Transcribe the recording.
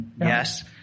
Yes